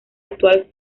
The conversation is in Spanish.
actual